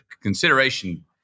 consideration